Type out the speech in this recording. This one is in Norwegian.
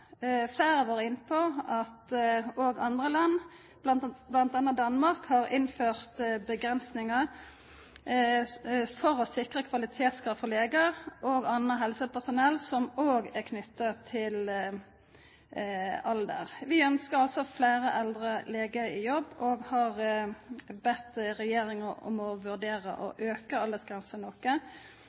flere har vært inne på at også andre land, bl.a. Danmark, har innført begrensninger for å sikre kvalitetskrav for leger og annet helsepersonell som også er knyttet til alder. Flertallet ønsker flere eldre leger i jobb, og har bedt regjeringen om å vurdere å øke aldersgrensen noe.